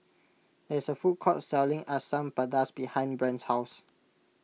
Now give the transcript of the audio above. there is a food court selling Asam Pedas behind Brant's house